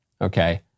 okay